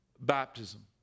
baptism